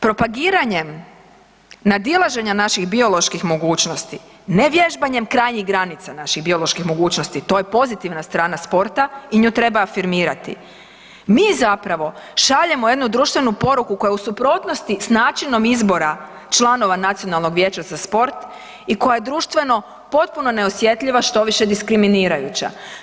Propagiranjem nadilaženja naših bioloških mogućnosti, nevježbanjem krajnjih granica naših bioloških mogućnosti, to je pozitivna strana sporta i nju treba afirmirati, mi zapravo šaljemo jednu društvenu poruku koja je u suprotnosti s načinom izbora članova Nacionalnoga vijeća za sport i koja je društveno potpuno neosjetljiva, štoviše, diskriminirajuća.